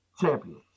champions